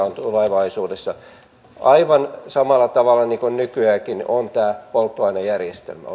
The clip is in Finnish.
on tulevaisuudessa aivan samalla tavalla niin kuin nykyäänkin on tämä polttoainejärjestelmä